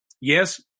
Yes